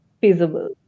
feasible